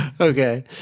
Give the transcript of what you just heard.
Okay